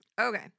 Okay